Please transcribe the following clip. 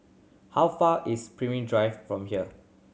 how far is Pemimpin Drive from here